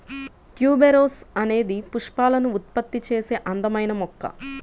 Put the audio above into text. tuberose అనేది పుష్పాలను ఉత్పత్తి చేసే అందమైన మొక్క